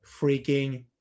freaking